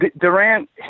Durant